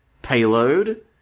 Payload